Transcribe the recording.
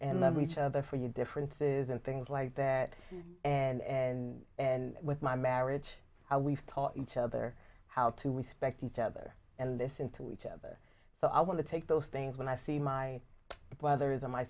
and love each other for you differences and things like that and and and with my marriage i we've taught each other how to respect each other and this into each other so i want to take those things when i see my brothers and my